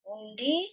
Undi